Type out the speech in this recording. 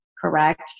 correct